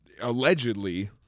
allegedly